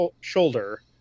shoulder